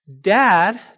Dad